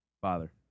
Father